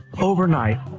overnight